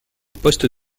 poste